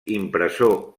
impressor